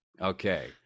Okay